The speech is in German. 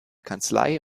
kanzlei